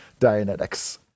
Dianetics